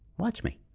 watch me.